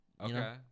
Okay